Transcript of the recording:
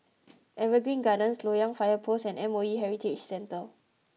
Evergreen Gardens Loyang Fire Post and M O E Heritage Centre